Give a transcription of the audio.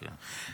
כן.